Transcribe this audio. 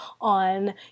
on